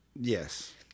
Yes